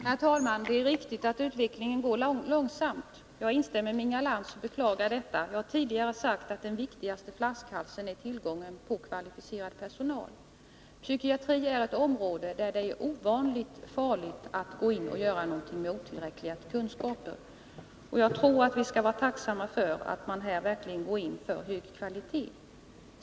Herr talman! Det är riktigt att utvecklingen går långsamt — jag instämmer med Inga Lantz och beklagar detta. Jag har tidigare sagt att den viktigaste flaskhalsen är tillgången på kvalificerad personal. Psykiatrin är ett område där det är ovanligt farligt att gå in och göra någonting med otillräckliga kunskaper. Jag tror att vi skall vara tacksamma för att man här verkligen satsar på hög kvalitet.